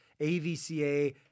AVCA